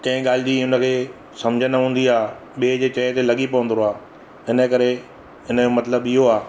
कंहिं ॻाल्हि जी हुन खे सम्झि न हूंदी आहे ॿिए जे चए ते लॻी पवंदो आहे हिन करे हिन जो मतिलबु इहो आहे